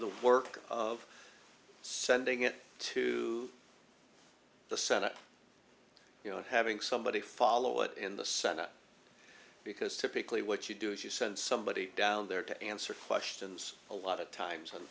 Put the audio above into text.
work of sending it to the senate you know and having somebody follow it in the senate because typically what you do is you send somebody down there to answer questions a lot of times